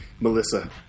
Melissa